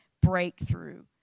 breakthrough